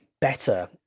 better